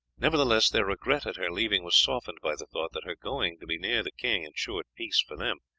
nevertheless, their regret at her leaving was softened by the thought that her going to be near the king insured peace for them,